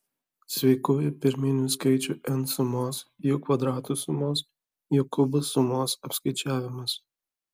sveikųjų pirminių skaičių n sumos jų kvadratų sumos jų kubų sumos apskaičiavimas